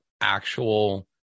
actual